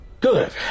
Good